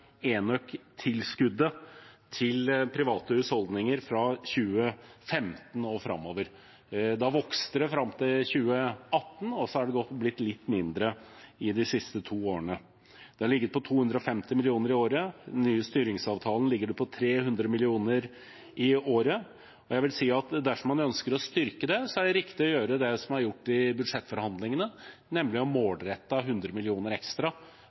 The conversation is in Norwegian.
til private husholdninger fra 2015 og framover. Det vokste fram til 2018, og så er det blitt litt mindre de to siste årene. Det har ligget på 250 mill. kr i året. I den nye styringsavtalen ligger det på 300 mill. kr i året. Jeg vil si at dersom man ønsker å styrke det, er det riktig å gjøre det som er gjort i budsjettforhandlingene, nemlig å målrette 100 mill. kr ekstra